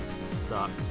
sucked